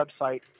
website